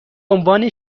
عنوان